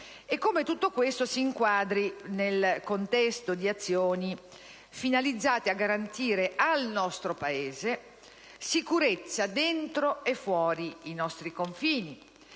come tutto ciò si inquadri nel contesto di azioni finalizzate a garantire al nostro Paese sicurezza dentro e fuori i nostri confini,